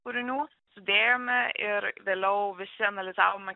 kūrinių sudėjome ir vėliau visi analizavome